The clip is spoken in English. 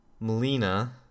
Melina